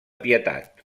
pietat